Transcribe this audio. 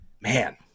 man